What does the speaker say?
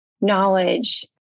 knowledge